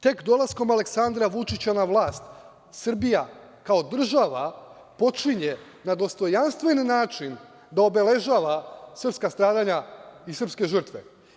Tek dolaskom Aleksandra Vučića na vlast Srbija kao država počinje na dostojanstven način da obeležava srpska stradanja i srpske žrtve.